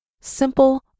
Simple